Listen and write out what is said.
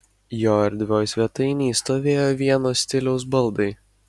jo erdvioj svetainėj stovėjo vienos stiliaus baldai